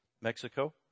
Mexico